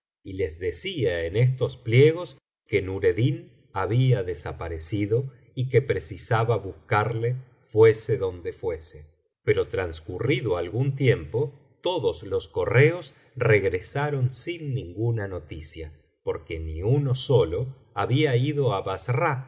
y les decía en estos pliegos que nureddin había desaparecido y que precisaba buscarle fuese donde fuese pero transcurrido algún tiempo todos los correos regresaron sin ninguna noticia porque ni uno solo había ido á bassra